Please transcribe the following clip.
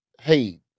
hey